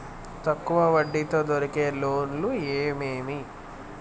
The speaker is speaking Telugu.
తక్కువ వడ్డీ తో దొరికే లోన్లు ఏమేమి